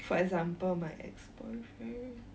for example my ex boyfriend